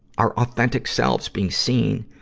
our authentic selves, being seen,